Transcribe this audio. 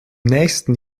nächsten